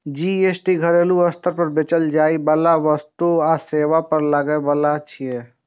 GST घरेलू स्तर पर बेचल जाइ बला वस्तु आ सेवा पर लागै बला कर छियै